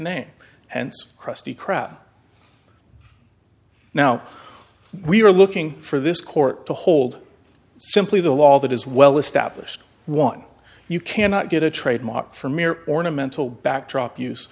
name and krusty krab now we are looking for this court to hold simply the law that is well established one you cannot get a trademark for mere ornamental backdrop use